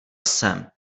jsem